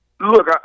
Look